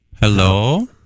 Hello